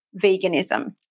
veganism